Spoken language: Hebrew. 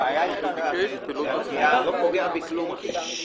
היתה פה שאלת הפרסום הסמוי